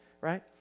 right